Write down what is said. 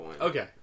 Okay